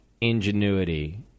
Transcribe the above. ingenuity